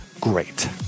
great